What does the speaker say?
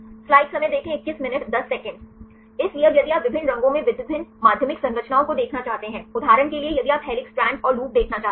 इसलिए अब यदि आप विभिन्न रंगों में विभिन्न माध्यमिक संरचनाओं को देखना चाहते हैं उदाहरण के लिए यदि आप हेलिक्स स्ट्रैंड और लूप देखना चाहते हैं